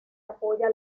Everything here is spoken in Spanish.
apoya